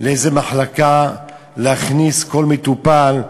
לאיזה מחלקה להכניס כל מטופל,